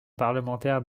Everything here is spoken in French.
parlementaire